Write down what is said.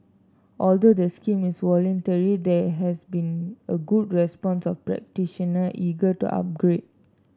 although the scheme is voluntary there has been a good response of practitioner eager to upgrade